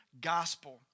gospel